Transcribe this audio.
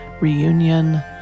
Reunion